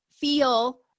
feel